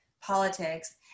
politics